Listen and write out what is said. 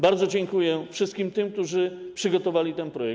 Bardzo dziękuję wszystkim tym, którzy przygotowali ten projekt.